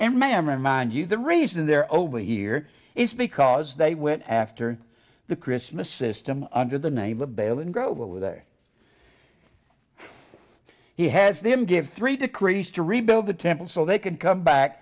mammary mind you the reason they're over here is because they went after the christmas system under the name of bill and go with their he has them give three decrees to rebuild the temple so they can come back